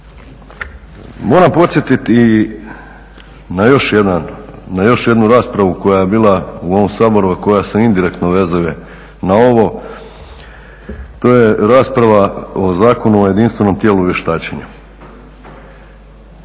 Moram podsjetiti na još jednu raspravu koja je bila u ovom Saboru a koja se indirektno vezuje na ovo, to je rasprava o Zakonu o jedinstvenom tijelu vještačenja.